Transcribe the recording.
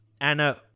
Anna